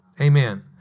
Amen